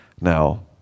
Now